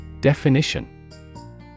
Definition